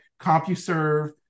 CompuServe